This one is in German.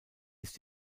ist